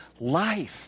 life